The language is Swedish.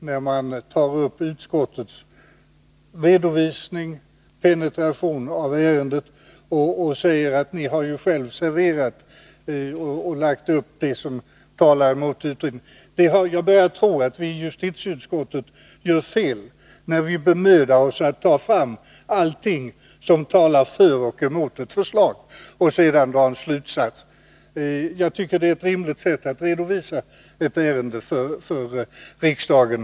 Talaren tog upp utskottets penetration av ärendet och sade: Ni har ju själva serverat de argument som talar emot förslaget. Jag börjar tro att vi i justitieutskottet gör fel när vi bemödar oss om att ta fram allt som talar för och emot ett förslag och sedan drar en slutsats av det. Jag tycker det är ett rimligt sätt att redovisa ett ärende för riksdagen.